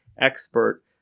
expert